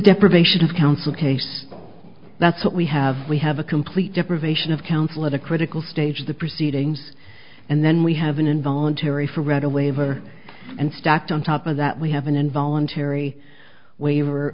deprivation of counsel case that's what we have we have a complete deprivation of counsel at a critical stage of the proceedings and then we have an involuntary for read a waiver and stacked on top of that we have an involuntary waiver